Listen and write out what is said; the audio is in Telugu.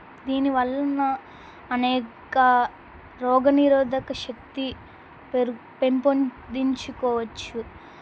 దీని వలన అనేక రోగనిరోధక శక్తి పెంపొందించుకోవచ్చు